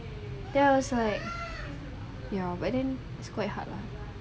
ya I was like ya but then it's quite hard lah